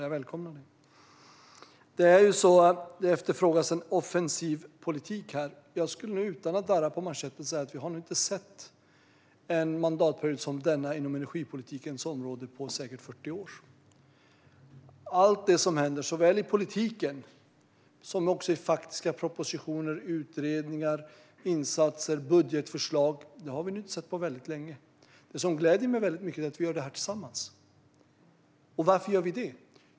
Jag välkomnar det. Det efterfrågas en offensiv politik här. Jag skulle nog utan att darra på manschetten vilja säga att jag på energipolitikens område nog inte har sett en mandatperiod som denna på säkert 40 år. Det handlar om allt som händer i politiken, i faktiska propositioner, utredningar, insatser och budgetförslag - vi har inte sett något liknande på länge. Det som gläder mig är dock att vi gör detta tillsammans. Varför gör vi då det?